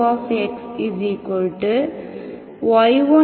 y2 y2y1